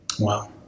Wow